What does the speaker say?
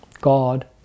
God